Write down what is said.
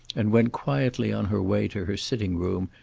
and went quietly on her way to her sitting-room,